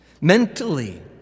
Mentally